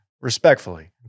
respectfully